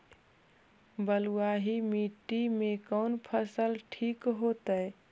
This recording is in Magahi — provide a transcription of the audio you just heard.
बलुआही मिट्टी में कौन फसल ठिक होतइ?